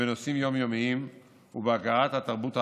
בנושאים יום-יומיים ובהכרת התרבות הערבית,